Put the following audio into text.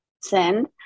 send